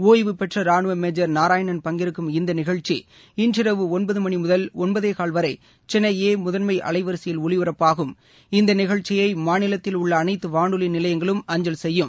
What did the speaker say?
ஒய்வுபெற்ற ராணுவ மேஜர் நாராயணன் பங்கேற்கும் இந்த நிகழ்ச்சி இன்று இரவு ஒன்பது மணி முதல் ஒன்பதே கால் வரை சென்னை ஏ முதன்மை அலைவரிசையில் ஒலிபரப்பாகும் இந்த நிகழ்ச்சியை மாநிலத்தில் உள்ள அனைத்து வானொலி நிலையங்களும் அஞ்சல் செய்யும்